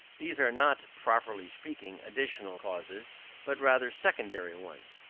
these are not, properly speaking, additional causes but rather secondary ones,